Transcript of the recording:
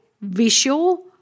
visual